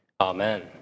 Amen